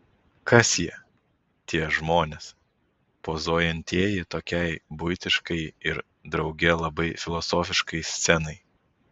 kas jie tie žmonės pozuojantieji tokiai buitiškai ir drauge labai filosofiškai scenai